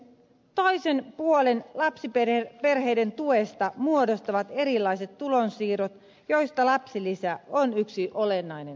toisen puolen lapsiperheiden tuesta muodostavat erilaiset tulonsiirrot joista lapsilisä on yksi olennainen osa